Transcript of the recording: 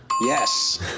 Yes